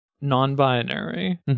non-binary